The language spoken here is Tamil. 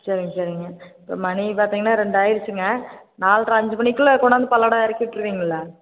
சரிங்க சரிங்க இப்போ மணி பார்த்தீங்கன்னா ரெண்டு ஆகிடுச்சுங்க நால்ரை அஞ்சு மணிக்குள்ளே கொண்டாந்து பல்லடம் இறக்கி விட்ருவீங்கல்ல